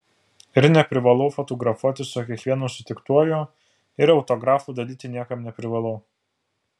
ir neprivalau fotografuotis su kiekvienu sutiktuoju ir autografų dalyti niekam neprivalau